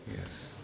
Yes